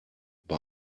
bei